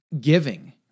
giving